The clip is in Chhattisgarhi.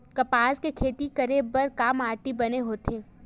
कपास के खेती करे बर का माटी बने होथे?